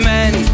men